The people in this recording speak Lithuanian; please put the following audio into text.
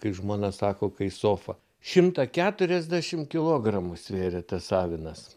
kai žmona sako kai sofa šimtą keturiasdešimt kilogramų svėrė tas avinas